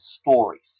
stories